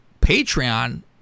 Patreon